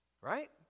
right